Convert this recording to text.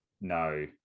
no